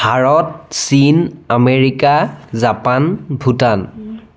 ভাৰত চীন America Japan Bhutan